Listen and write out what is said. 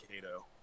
Cato